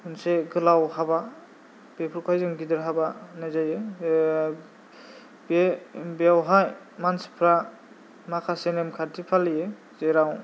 मोनसे गोलाव हाबा बेफोरखौहाय जों गिदिर हाबा होननाय जायो बे बेयावहाय मानसिफ्रा माखासे नेमखान्थि फालियो जेराव